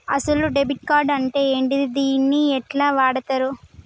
అసలు debit card అంటే ఏంటిది? దీన్ని ఎట్ల వాడుతరు?